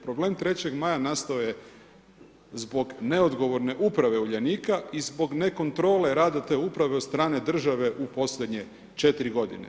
Problem Trećeg Maja nastao je zbog neodgovorne uprave Uljanika i zbog ne kontrole rada te uprave od strane države u posljednje 4 godine.